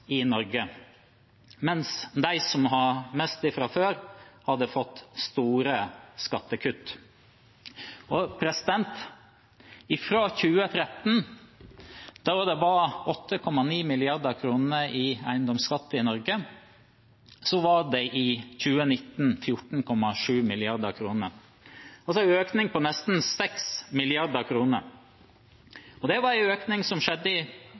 i Norge. Mens de som har mest fra før, har fått store skattekutt. I 2013 var det 8,9 mrd. kr i eiendomsskatt i Norge, i 2019 var det 14,7 mrd. kr, altså en økning på nesten 6 mrd. kr. Det var en økning som skjedde ved at flere kommuner innførte eiendomsskatt eller økte eiendomsskatten – kommuner av ulik politisk farge. I